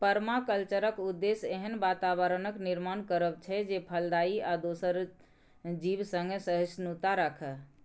परमाकल्चरक उद्देश्य एहन बाताबरणक निर्माण करब छै जे फलदायी आ दोसर जीब संगे सहिष्णुता राखय